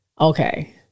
okay